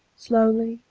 slowly,